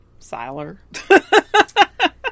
Siler